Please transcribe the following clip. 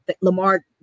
Lamar